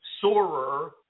sorer